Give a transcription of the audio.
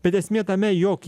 bet esmė tame jog